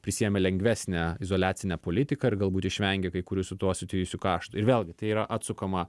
prisiėmė lengvesnę izoliacinę politiką ir galbūt išvengė kai kurių su tuo susijusių kaštu ir vėlgi tai yra atsukama